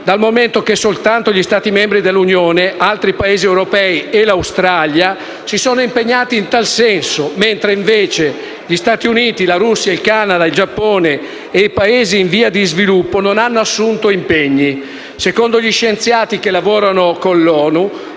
dal momento che soltanto gli Stati membri dell'Unione, altri Paesi europei e l'Australia si sono impegnati in tal senso, mentre gli Stati Uniti, la Russia, il Canada, il Giappone e i Paesi in via di sviluppo non hanno assunto impegni. Secondo gli scienziati che lavorano con l'ONU,